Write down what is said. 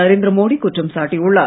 நரேந்திர மோடி குற்றம் சாட்டியுள்ளார்